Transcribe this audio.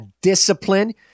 discipline